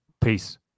Peace